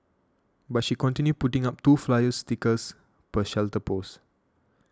but she continued putting up two flyer stickers per shelter post